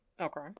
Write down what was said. Okay